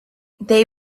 they